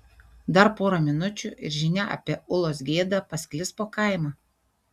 dar pora minučių ir žinia apie ulos gėdą pasklis po kaimą